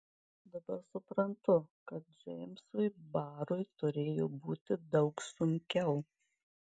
dabar suprantu kad džeimsui barui turėjo būti daug sunkiau